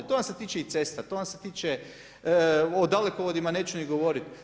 To vam se tiče i cesta, to vam se tiče o dalekovodima neću ni govoriti.